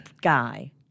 guy